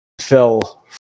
fell